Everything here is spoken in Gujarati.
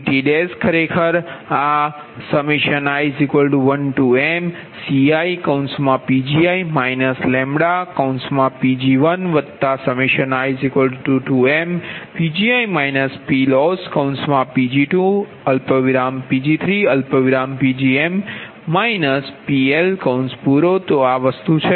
CT ખરેખર આ CTi1mCiPgi λPg1i2mPgi PLossPg2Pg3Pgm PLતો આ વસ્તુ છે